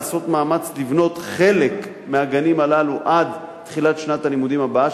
לעשות מאמץ לבנות חלק מהגנים הללו עד תחילת שנת הלימודים הבאה,